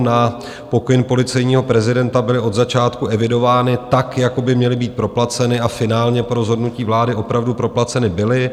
Na pokyn policejního prezidenta byly od začátku evidovány tak, jako by měly být proplaceny, a finálně po rozhodnutí vlády opravdu proplaceny byly.